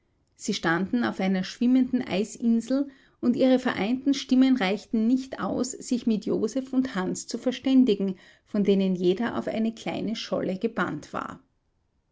sie standen auf einer schwimmenden eisinsel und ihre vereinten stimmen reichten nicht aus sich mit joseph und hans zu verständigen von denen jeder auf eine kleine scholle gebannt war